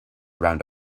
around